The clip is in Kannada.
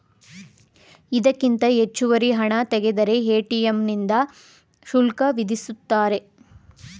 ಇದಕ್ಕಿಂತ ಹೆಚ್ಚುವರಿ ಹಣ ತೆಗೆದರೆ ಎ.ಟಿ.ಎಂ ನಿಂದ ಶುಲ್ಕ ವಿಧಿಸುತ್ತಾರೆ